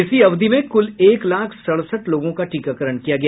इसी अवधि में कुल एक लाख सड़सठ लोगों का टीकाकरण किया गया